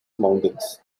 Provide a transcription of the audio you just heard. mountains